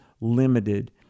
limited